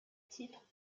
titre